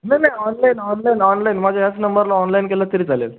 नाही नाही online online online माझ्या ह्याच नंबरला ऑनलाईन केलंत तरी चालेल